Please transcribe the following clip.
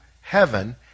heaven